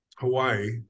Hawaii